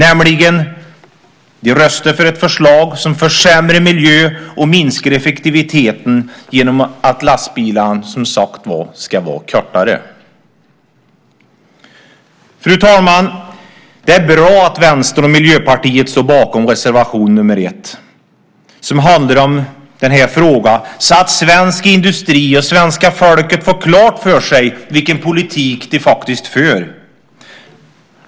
Vi röstar för ett förslag som försämrar miljön och minskar effektiviteten genom att lastbilarna som sagt var ska vara kortare. Fru talman! Det är bra att Vänstern och Miljöpartiet står bakom reservation nr 1, som handlar om den här frågan, så att svensk industri och svenska folket får klart för sig vilken politik de faktiskt för.